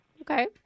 Okay